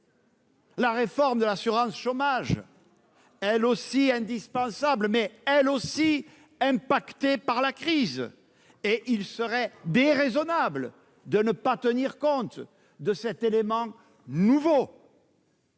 La réforme de l'assurance chômage, qui est elle aussi indispensable, est également affectée par la crise. Il serait déraisonnable de ne pas tenir compte de cet élément nouveau.